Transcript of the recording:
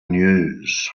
news